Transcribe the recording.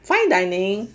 fine dining